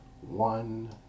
one